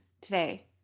today